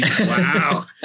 Wow